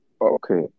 Okay